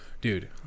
dude